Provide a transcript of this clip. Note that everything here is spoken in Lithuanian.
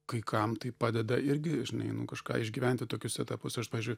kai kam tai padeda irgi žinai nu kažką išgyventi tokius etapus aš pavyzdžiui